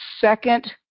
second